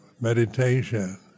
meditation